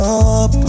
up